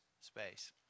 space